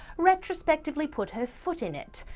retrospectively put her foot in it.